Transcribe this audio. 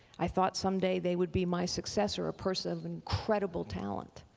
i thought someday they would be my successor, a person of incredible talent,